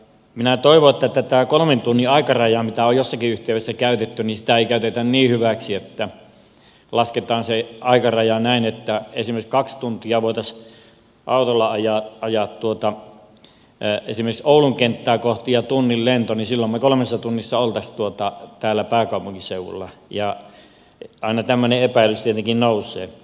minä toivon että tätä kolmen tunnin aikarajaa mitä on jossakin yhteydessä käytetty ei käytetä niin hyväksi että lasketaan se aikaraja näin että kun esimerkiksi kaksi tuntia voitaisiin autolla ajaa esimerkiksi oulun kenttää kohti ja on tunnin lento niin silloin me kolmessa tunnissa olisimme täällä pääkaupunkiseudulla aina tämmöinen epäilys tietenkin nousee